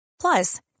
Plus